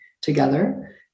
together